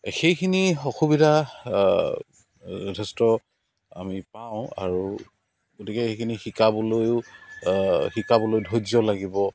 সেইখিনি অসুবিধা যথেষ্ট আমি পাওঁ আৰু গতিকে সেইখিনি শিকাবলৈয়ো শিকাবলৈয়ো ধৈয্য লাগিব